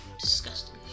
Disgusting